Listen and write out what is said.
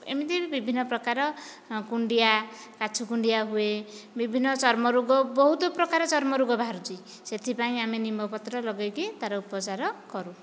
ଏମିତି ବିଭିନ୍ନ ପ୍ରକାର କୁଣ୍ଡିଆ କାଛୁ କୁଣ୍ଡିଆ ହୁଏ ବିଭିନ୍ନ ଚର୍ମ ରୋଗ ବହୁତ ପ୍ରକାର ଚର୍ମ ରୋଗ ବାହାରିଛି ସେଥିପାଇଁ ଆମେ ନିମ୍ବ ପତ୍ର ଲଗାଇ କି ତାର ଉପଚାର କରୁ